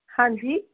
ਹਾਂਜੀ